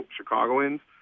Chicagoans